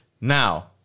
Now